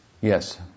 Yes